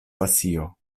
pasio